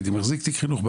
הייתי מחזיק תיק חינוך,